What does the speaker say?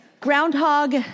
groundhog